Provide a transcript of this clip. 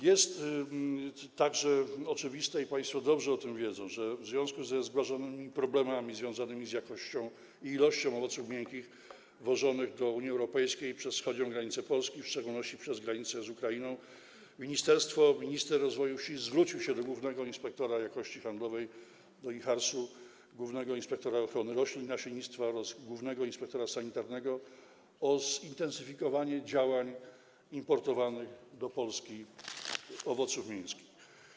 Jest także oczywiste - i państwo dobrze o tym wiedzą - że w związku ze wzmożonymi problemami związanymi z jakością i ilością owoców miękkich wwożonych do Unii Europejskiej przez wschodnią granicę Polski, w szczególności przez granicę z Ukrainą, minister rozwoju wsi zwrócił się do głównego inspektora jakości handlowej, do IJHARS-u, głównego inspektora ochrony roślin i nasiennictwa oraz głównego inspektora sanitarnego o zintensyfikowanie działań w sprawie importowanych do Polski owoców miękkich.